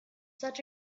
such